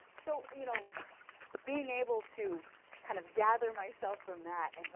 so you know being able to kind of gather myself from that and go,